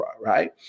right